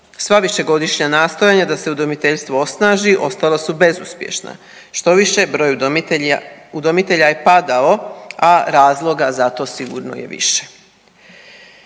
sva višegodišnja nastojanja da se udomiteljstvo osnaži ostala su bezuspješna, štoviše broj udomitelja je padao, a razloga za to sigurno je i više.